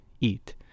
Eat